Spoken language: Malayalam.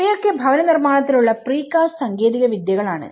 ഇവയൊക്കെ ഭവന നിർമ്മാണത്തിലുള്ള പ്രീകാസ്റ്റ് സാങ്കേതിക വിദ്യകളാണ്